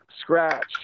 Scratch